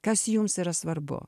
kas jums yra svarbu